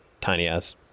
tiny-ass